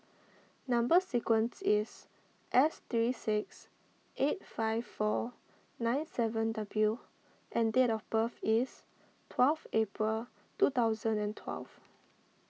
Number Sequence is S three six eight five four nine seven W and date of birth is twelve April two thousand and twelve